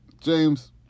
James